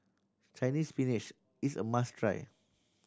Chinese Spinach is a must try